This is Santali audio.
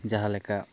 ᱡᱟᱦᱟᱸ ᱞᱮᱠᱟ